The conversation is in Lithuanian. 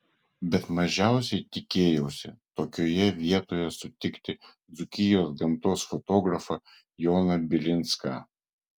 bet mažiausiai tikėjausi tokioje vietoje sutikti dzūkijos gamtos fotografą joną bilinską